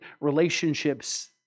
relationships